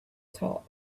top